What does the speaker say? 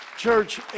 Church